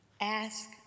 ask